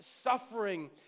suffering